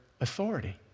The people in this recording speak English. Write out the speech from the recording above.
authority